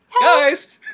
Guys